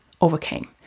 overcame